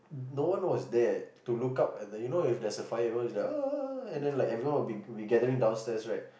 no one was there to look up and then you know if there's a fire everyone is like and then like everyone will be be gathering downstairs right